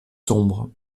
sombre